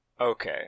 Okay